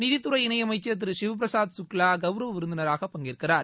நிதித்துறை இணையமைச்சர் திரு ஷிவ்பிரதாப் சுக்லா கௌரவ விருந்தினராக பங்கேற்கிறார்